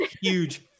huge